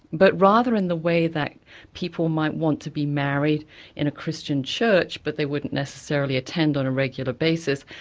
but rather in the way that people might want to be married in a christian church, but they wouldn't necessarily attend on a regular basis,